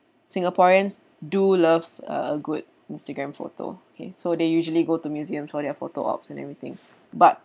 singaporeans do love a good Instagram photo K so they usually go to museums for their photo ops and everything but